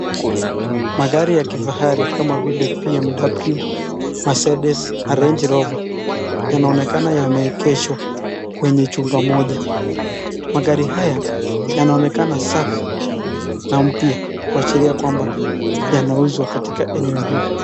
Magari ya kifahari kama vile BMW , Mercedes , Range Rover , yanaonekana yameekeshwa kwenye chumba moja. Magari haya yanaonekana safi na mpya kuashiria kwamba yanauzwa katika eneo hili.